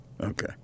Okay